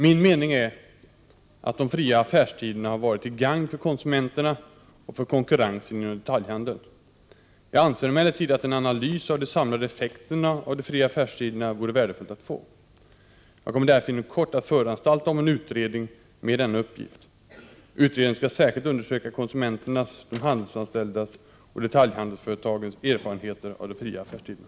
Min mening är att de fria affärstiderna har varit till gagn för konsumenterna och för konkurrensen inom detaljhandeln. Jag anser emellertid att en analys av de samlade effekterna av de fria affärstiderna vore värdefull att få. Jag kommer därför inom kort att föranstalta om en utredning med denna uppgift. Utredningen skall särskilt undersöka konsumenternas, de handelsanställdas och detaljhandelsföretagens erfarenheter av de fria affärstiderna.